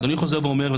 אדוני חוזר ואומר,